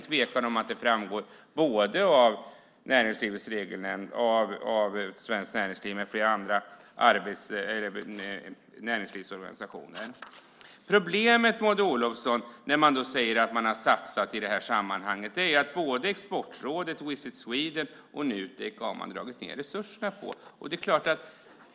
Det framgår både av Näringslivets regelnämnd och av Svenskt Näringsliv och flera andra näringslivsorganisationer. Men problemet, Maud Olofsson, när man säger att man har satsat i detta sammanhang är att man har dragit ned resurserna för Exportrådet, Visit Sweden och Nutek.